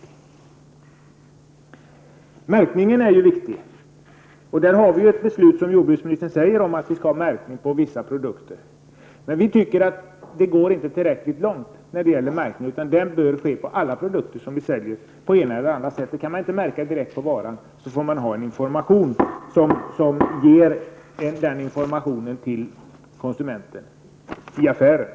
Märkningen är viktig. Som jordbruksministern säger har riksdagen fattat ett beslut om att det skall förekomma märkning på vissa produkter. Vi anser att detta beslut inte går tillräckligt långt utan att märkning får omfatta alla produkter. Kan man inte märka direkt på varan, får man i affärerna ge informationen på annat sätt till konsumenterna.